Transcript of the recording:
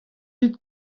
dit